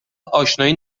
اشنایی